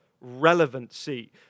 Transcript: relevancy